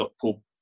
Paul